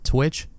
Twitch